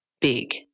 big